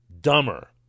dumber